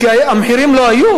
כי המחירים האלה לא היו.